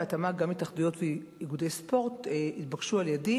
בהתאמה גם התאחדויות ואיגודי ספורט התבקשו על-ידי